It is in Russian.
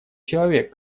человек